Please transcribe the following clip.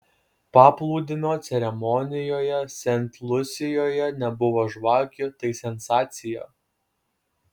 paplūdimio ceremonijoje sent lusijoje nebuvo žvakių tai sensacija